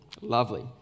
Lovely